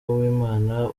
uwimana